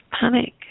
panic